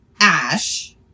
ash